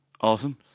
Awesome